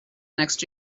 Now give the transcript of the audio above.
next